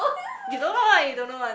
you don't know [one] you don't know [one]